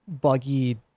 buggy